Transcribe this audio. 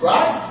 Right